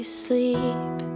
sleep